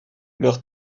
leur